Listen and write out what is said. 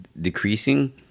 decreasing